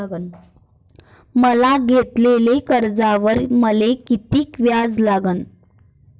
म्या घेतलेल्या कर्जावर मले किती व्याज लागन?